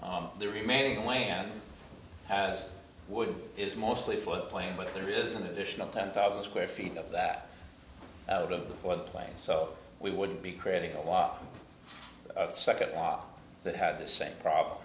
that the remaining land has wood is mostly flood plain but there is an additional ten thousand square feet of that of the for the plane so we wouldn't be creating a lot of second that had the same problem